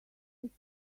sixty